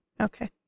Okay